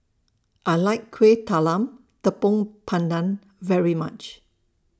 I like Kuih Talam Tepong Pandan very much